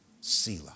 Selah